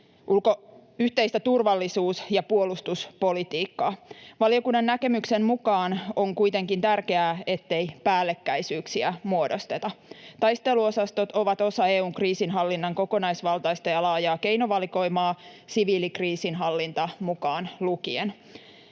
yhteistä turvallisuus- ja puolustuspolitiikkaa. Valiokunnan näkemyksen mukaan on kuitenkin tärkeää, ettei päällekkäisyyksiä muodosteta. Taisteluosastot ovat osa EU:n kriisinhallinnan kokonaisvaltaista ja laajaa keinovalikoimaa, siviilikriisinhallinta mukaan lukien.